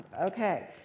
Okay